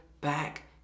back